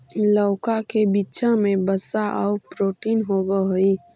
लउका के बीचा में वसा आउ प्रोटीन होब हई